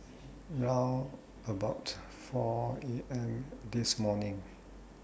round about four A M This morning